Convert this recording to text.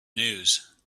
news